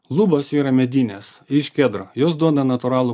lubos yra medinės iš kedro jos duoda natūralų